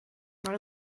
maar